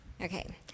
Okay